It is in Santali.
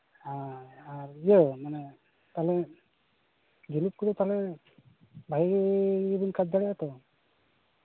ᱦᱮᱸ ᱟᱨ ᱤᱭᱟᱹ ᱢᱟᱱᱮ ᱛᱟᱦᱚᱞᱮ ᱡᱩᱞᱩᱯ ᱠᱚᱫᱚ ᱛᱟᱦᱚᱞᱮ ᱵᱷᱟᱹᱜᱤ ᱜᱮᱵᱮᱱ ᱠᱟᱡᱽ ᱫᱟᱲᱮᱭᱟᱜᱼᱟ ᱛᱚ